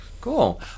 Cool